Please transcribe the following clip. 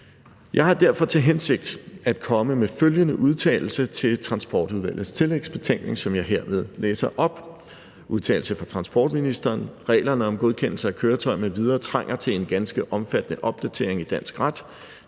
Jeg har derfor til hensigt at komme med følgende udtalelse til Transportudvalgets tillægsbetænkning, som jeg her vil læse op: »Udtalelse fra transportministeren Reglerne om godkendelse af køretøjer m.v. trænger til en ganske omfattende opdatering i dansk ret.